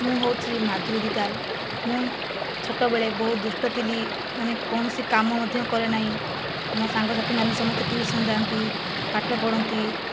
ମୁଁ ହେଉଛି ମଧୁରୀ ଦିଗାଲ ମୁଁ ଛୋଟବେଳେ ବହୁତ ଦୁଷ୍ଟ ଥିଲି ମାନେ କୌଣସି କାମ ମଧ୍ୟ କରେ ନାହିଁ ମୋ ସାଙ୍ଗସାଥି ମାନେ ସମସ୍ତେ ଟ୍ୟୁସନ ଯାଆନ୍ତି ପାଠ ପଢ଼ନ୍ତି